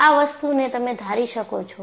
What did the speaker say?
આ વસ્તુ ને તમે ધારી શકો છો